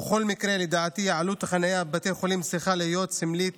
ובכל מקרה לדעתי עלות החניה בבתי החולים צריכה להיות סמלית